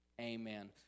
Amen